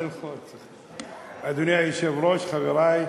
אדוני היושב-ראש, חברי,